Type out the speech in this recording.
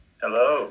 Hello